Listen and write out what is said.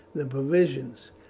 the provisions,